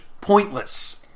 pointless